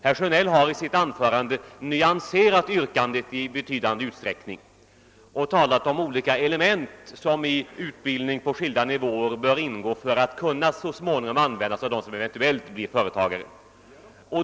Herr Sjönell har i sitt anförande nyanserat motionsyrkandet i betydande grad och talat om olika element som i utbildning på skilda nivåer bör ingå för att så småningom kunna användas av dem som eventuellt blir företagare.